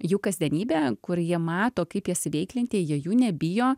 jų kasdienybė kur jie mato kaip jas įveikianti jie jų nebijo